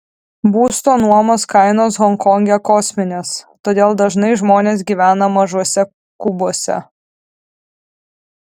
būsto nuomos kainos honkonge kosminės todėl dažnai žmonės gyvena mažuose kubuose